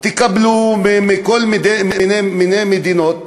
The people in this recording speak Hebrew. תקבלו מכל מיני מדינות,